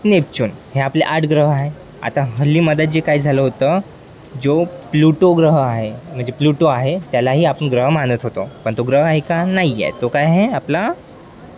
Neptune हे आपले आठ ग्रह ह आहे आता हल्ली मध्यात जे काय झालं होतं जो प्लुटो ग्रह आहे म्हणजे प्लुटो आहे त्यालाही आपण ग्रह मानत होतो पण तो ग्रह आहे का नाही आहे तो काय आहे आपला